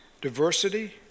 diversity